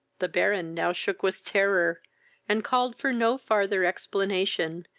the baron now shook with terror and called for no farther explanation,